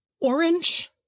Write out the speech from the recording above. Orange